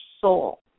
soul